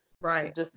Right